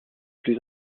plus